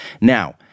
now